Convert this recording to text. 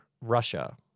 Russia